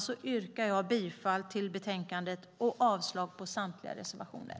Jag yrkar bifall till förslaget i betänkandet och avslag på samtliga reservationer.